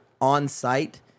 on-site